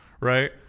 right